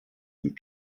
und